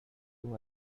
two